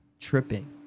Tripping